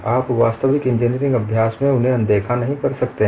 आप वास्तविक इंजीनियरिंग अभ्यास में उन्हें अनदेखा नहीं कर सकते हैं